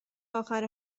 آخر